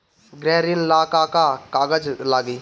गृह ऋण ला का का कागज लागी?